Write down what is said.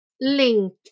link